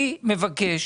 אני מבקש